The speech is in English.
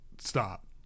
stop